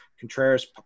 contreras